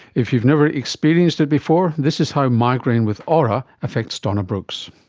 if you've never experienced it before, this is how migraine with aura affects donna brooks